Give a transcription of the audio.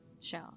show